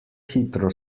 hitro